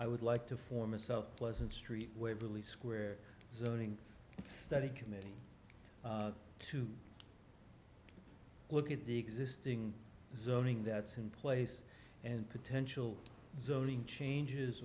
i would like to form itself pleasant street where believe square zoning and study committee to look at the existing zoning that's in place and potential zoning changes